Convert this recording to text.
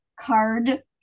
card